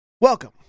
Welcome